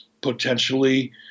potentially